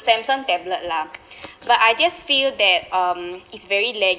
Samsung tablet lah but I just feel that um it's very lag~